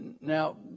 Now